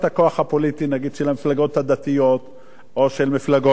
נגיד של המפלגות הדתיות או של מפלגות בקואליציה,